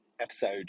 episode